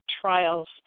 trials